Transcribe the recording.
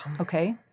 Okay